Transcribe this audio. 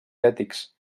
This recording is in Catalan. ètics